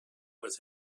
with